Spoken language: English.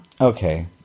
Okay